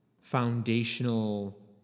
foundational